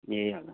ए हजुर